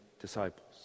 disciples